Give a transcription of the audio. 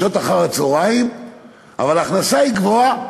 בשעות אחר-הצהריים אבל ההכנסה היא גבוהה.